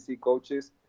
coaches